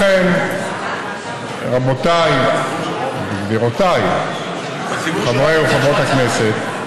לכן, רבותיי וגבירותיי חברי וחברות הכנסת,